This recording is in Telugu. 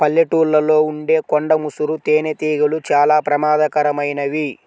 పల్లెటూళ్ళలో ఉండే కొండ ముసురు తేనెటీగలు చాలా ప్రమాదకరమైనవి